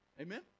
Amen